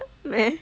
meh